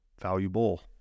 valuable